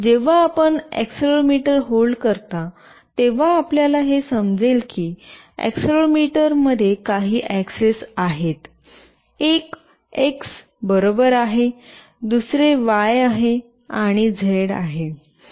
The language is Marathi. जेव्हा आपण एक्सेलेरोमीटर होल्ड करता तेव्हा आपल्याला हे समजेल की एक्सेलेरोमीटर मध्ये काही ऍक्सेस आहेत एक एक्स बरोबर आहे दुसरे वाय आहे आणि झेड आहे